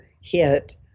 hit